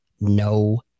no